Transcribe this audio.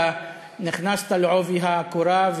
אתה נכנסת בעובי הקורה,